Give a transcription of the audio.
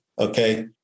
Okay